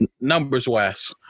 numbers-wise